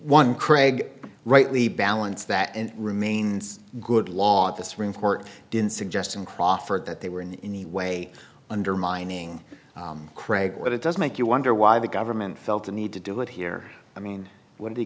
one craig rightly balance that and remains good law at this report didn't suggest in crawford that they were in any way undermining craig what it does make you wonder why the government felt the need to do it here i mean when